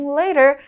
later